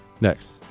Next